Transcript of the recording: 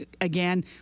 again